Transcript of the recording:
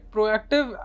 Proactive